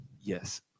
Yes